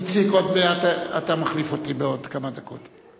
איציק, עוד מעט אתה מחליף אותי, בעוד כמה דקות.